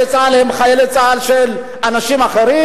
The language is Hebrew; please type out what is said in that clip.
הם חיילי צה"ל של אנשים אחרים?